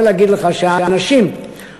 ואני רוצה להגיד לך שהאנשים הממונים,